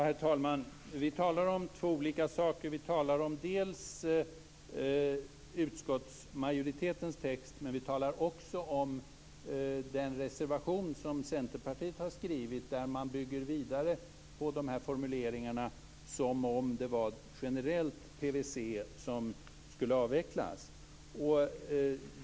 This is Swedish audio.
Herr talman! Vi talar om två olika saker. Vi talar om utskottsmajoritetens text, men vi talar också om den reservation som Centerpartiet har skrivit, där man bygger vidare på formuleringarna som om det vore PVC generellt som skulle avvecklas.